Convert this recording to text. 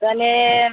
তাহলে